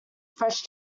fresh